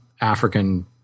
African